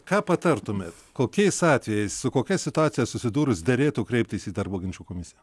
ką patartumėt kokiais atvejais su kokia situacija susidūrus derėtų kreiptis į darbo ginčų komisiją